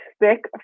thick